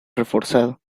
reforzado